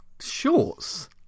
Shorts